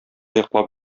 йоклап